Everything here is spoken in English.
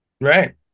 right